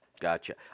Gotcha